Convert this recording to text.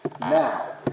now